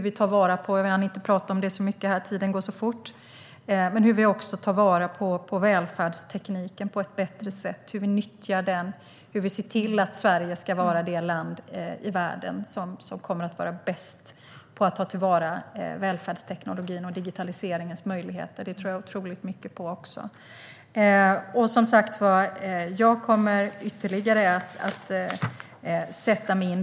Vi har inte hunnit tala om det så mycket här för tiden går så fort, men det handlar också om hur vi tar vara på välfärdstekniken på ett bättre sätt. Det handlar om hur vi nyttjar den och hur vi ser till att Sverige ska vara det land i världen som kommer att vara bäst på att ta till vara välfärdsteknologin och digitaliseringens möjligheter. Det tror jag otroligt mycket på. Som sagt: Jag kommer ytterligare att sätta mig in i frågan om klassificeringen.